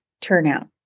turnout